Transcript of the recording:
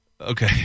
okay